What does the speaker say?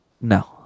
No